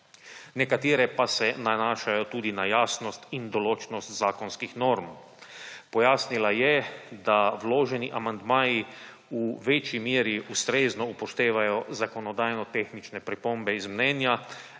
nekatere pa se nanašajo tudi na jasnost in določnost zakonskih norm. Pojasnila je, da vloženi amandmaji v večji meri ustrezno upoštevajo zakonodajnotehnične pripombe iz mnenja,